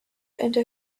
into